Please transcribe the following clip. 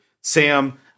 Sam